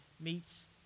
meets